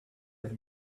have